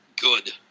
good